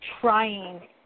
trying